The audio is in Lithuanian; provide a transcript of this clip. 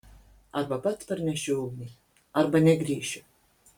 arba pats parnešiu ugnį arba negrįšiu